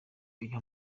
iyo